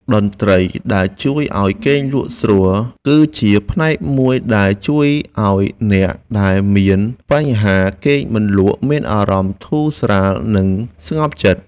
តន្ត្រីដែលជួយឱ្យគេងលក់ស្រួលគឺជាផ្នែកមួយដែលជួយឱ្យអ្នកដែលមានបញ្ហាគេងមិនលក់មានអារម្មណ៍ធូរស្រាល និង ស្ងប់ចិត្ត។